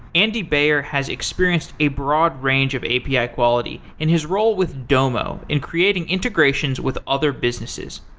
andy beier has experienced a broad range of api yeah quality in his role with domo and creating integrations with other businesses.